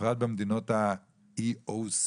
בפרט מדינות ה-OECD.